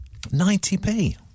90p